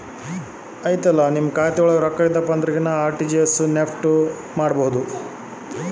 ನಮ್ಮ ದೂರದ ಊರಾಗ ಇರೋ ಸಂಬಂಧಿಕರಿಗೆ ರೊಕ್ಕ ವರ್ಗಾವಣೆ ಮಾಡಬೇಕೆಂದರೆ ಬ್ಯಾಂಕಿನಾಗೆ ಅವಕಾಶ ಐತೇನ್ರಿ?